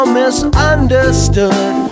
misunderstood